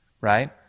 right